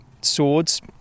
swords